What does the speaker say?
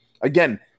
again